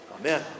amen